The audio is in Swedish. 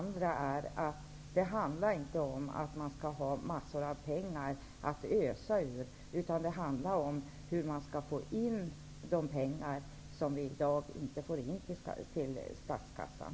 Det handlar inte om att man skall ha en massa pengar att ösa ur, utan det handlar om hur vi skall kunna få in de pengar som vi i dag inte får in till statskassan.